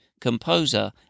composer